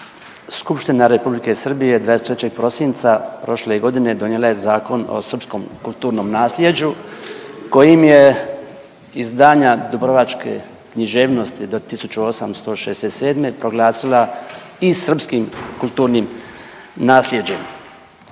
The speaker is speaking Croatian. Skupština R. Srbije 23. prosinca prošle godine donijela je zakon o srpskom kulturnom nasljeđu kojim je izdanja dubrovačke književnosti do 1867. proglasila i srpskim kulturnim naslijeđem.